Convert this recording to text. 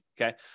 Okay